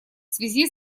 связи